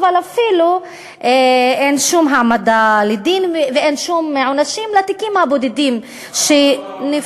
אבל אין שום העמדה לדין ואין שום עונשים בתיקים הבודדים שנפתחים.